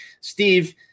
Steve